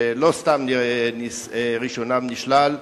שלא סתם רשיונם נשלל,